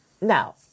now